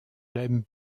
l’aime